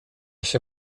się